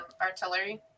artillery